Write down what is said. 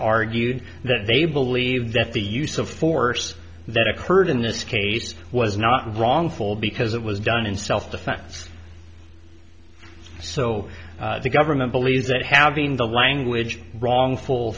argued that they believe that the use of force that occurred in this case was not wrongful because it was done in self defense so the government believes that having the language wrong full